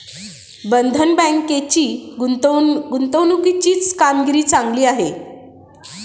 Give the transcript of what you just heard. बंधन बँकेची गुंतवणुकीची कामगिरी चांगली आहे